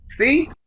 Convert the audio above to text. See